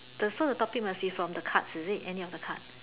the so the topic must be from the cards is it any of the cards